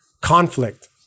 conflict